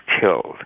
killed